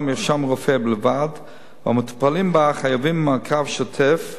במרשם רופא בלבד והמטופלים בה חייבים מעקב שוטף,